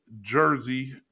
jersey